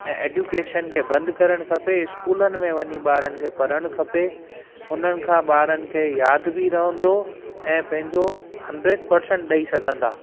ऐं एडुकेशन खे बंदि करणु खपे इस्कूलनि में वञी ॿारनि खे पढ़णु खपे उन्हनि खां ॿारनि खे यादि बि रहंदो ऐं पंहिंजो हंड्रेड परसेंट ॾेई सघंदा